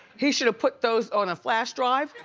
he should've put those on a flash drive